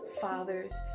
fathers